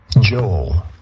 Joel